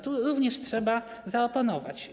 Tu również trzeba zaoponować.